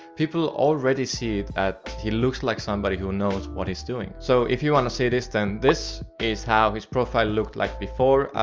people already see that he looks like somebody who knows what he's doing. so if you want to see this then this is how his profile looked like before.